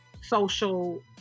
social